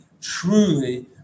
truly